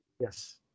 Yes